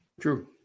True